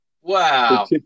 Wow